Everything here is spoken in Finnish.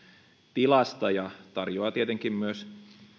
tilasta ja tarjoaa tietenkin myös